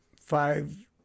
five